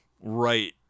right